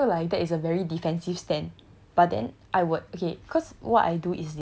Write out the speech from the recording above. I okay I feel like that is a very defencive stand but then I would okay